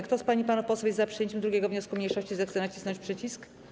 Kto z pań i panów posłów jest za przyjęciem 2. wniosku mniejszości, zechce nacisnąć przycisk.